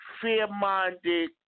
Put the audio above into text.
fair-minded